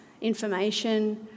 information